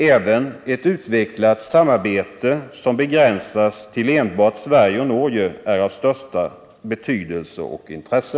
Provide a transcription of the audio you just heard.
Även ett utvecklat samarbete, som begränsar sig till enbart Sverige och Norge, är av största betydelse och intresse.